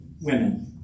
women